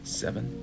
seven